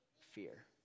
fear